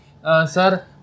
Sir